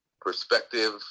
perspective